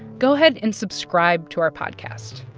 go ahead and subscribe to our podcast.